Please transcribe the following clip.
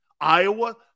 Iowa